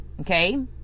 okay